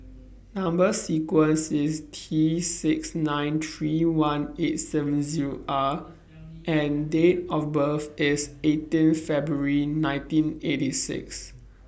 Number sequence IS T six nine three one eight seven Zero R and Date of birth IS eighteen February nineteen eighty six